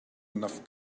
enough